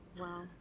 Wow